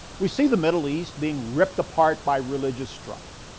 we see the middle east being ripped apart by religious strife.